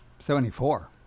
Seventy-four